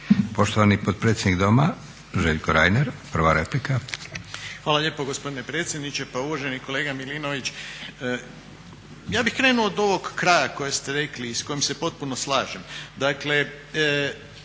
Poštovani potpredsjednik Doma Željko Reiner, prva replika.